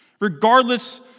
Regardless